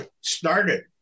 started